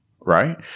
right